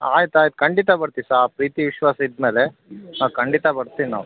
ಆಯ್ತು ಆಯ್ತು ಖಂಡಿತ ಬರ್ತೀವಿ ಸಾ ಪ್ರೀತಿ ವಿಶ್ವಾಸ ಇದ್ದ ಮೇಲೆ ಹಾಂ ಖಂಡಿತ ಬರ್ತೀವಿ ನಾವು